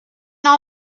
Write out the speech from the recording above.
all